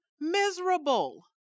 Miserable